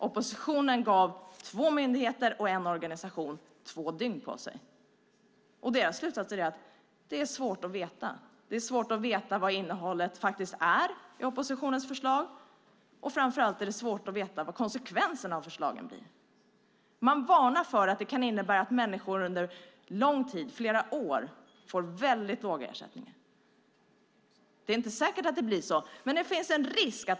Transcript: Oppositionen gav två myndigheter och en organisation två dygn på sig. Deras slutsatser är att det är svårt att veta. Det är svårt att veta vad innehållet faktiskt är i oppositionens förslag, och framför allt är det svårt att veta vad konsekvensen av förslagen blir. Man varnar för att det kan innebära att människor under lång tid, flera år, får väldigt låga ersättningar. Det är inte säkert att det blir så, men det finns en risk.